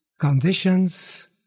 conditions